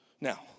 Now